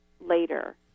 Later